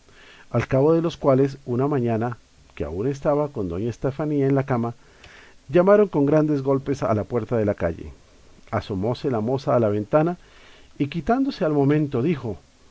al cabo de los cuales una mañana que aún estaba con doña estefanía en la cama llamaron con grandes golpes a la puert a de la calle asomóse la moza a la ventana y quitándose al momento dijo